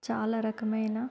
చాలా రకమైన